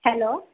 hello